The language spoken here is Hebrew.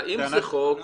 אם זה חוק,